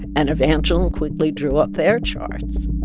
and evangeline quickly drew up their charts.